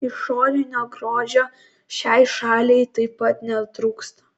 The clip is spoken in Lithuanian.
išorinio grožio šiai šaliai taip pat netrūksta